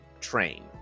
train